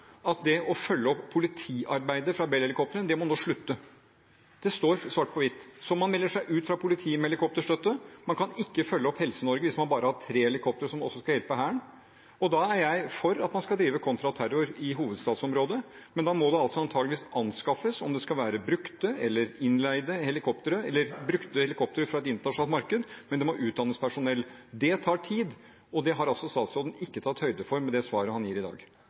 at det å følge opp politiarbeidet fra Bell-helikoptrene må slutte. Det står svart på hvitt. Så man melder seg ut av helikopterstøtte til politiet, og man kan ikke følge opp Helse-Norge hvis man bare har tre helikoptre, som også skal hjelpe Hæren. Jeg er for at man skal drive kontraterror i hovedstadsområdet, men da må det antakeligvis anskaffes – om det er innleide helikoptre, eller brukte helikoptre fra et internasjonalt marked. Men det må utdannes personell. Det tar tid, og det har ikke statsråden tatt høyde for med det svaret han gir i dag.